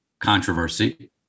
controversy